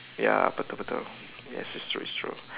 ya betul betul yes it's true it's true